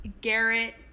Garrett